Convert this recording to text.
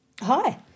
Hi